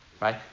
Right